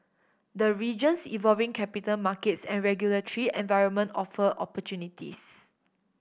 the region's evolving capital markets and regulatory environment offer opportunities